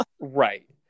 Right